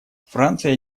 франция